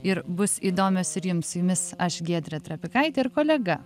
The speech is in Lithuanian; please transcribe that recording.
ir bus įdomios ir jums su jumis aš giedrė trapikaitė ir kolega